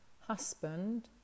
husband